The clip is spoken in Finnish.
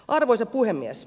arvoisa puhemies